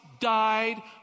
died